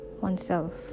oneself